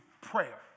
prayer